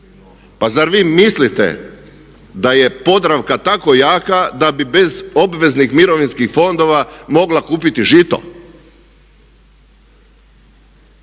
Pa zar vi mislite da je Podravka tako jaka da bi bez obveznih mirovinskih fondova mogla kupiti žito?